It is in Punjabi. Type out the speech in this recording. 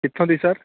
ਕਿੱਥੋਂ ਦੀ ਸਰ